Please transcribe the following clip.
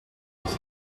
was